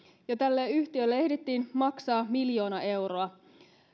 ja tälle yhtiölle ehdittiin maksaa miljoona euroa